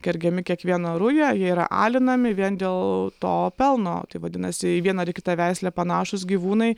kergiami kiekvieną rują jie yra alinami vien dėl to pelno tai vadinasi į vieną ar į kitą veislę panašūs gyvūnai